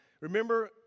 Remember